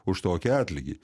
už tokį atlygį